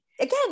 again